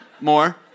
More